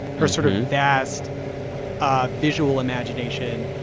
her sort of vast ah visual imagination,